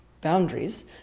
boundaries